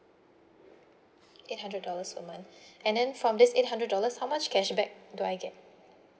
eight hundred dollars per month and then from this eight hundred dollars how much cashback do I get